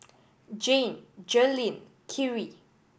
Jan Jerilynn Khiry